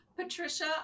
Patricia